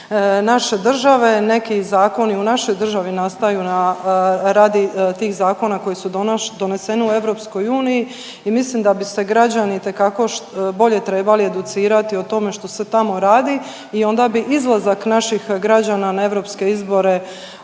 naše države. Neki zakoni u našoj državi nastaju na, radi tih zakona koji su doneseni u EU i mislim da bi se građani itekako bolje trebali educirati o tome što se tamo radi i onda bi izlazak naših građana na europske izbore